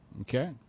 Okay